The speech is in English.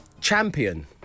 Champion